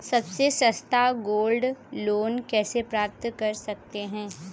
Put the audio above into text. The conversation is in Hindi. सबसे सस्ता गोल्ड लोंन कैसे प्राप्त कर सकते हैं?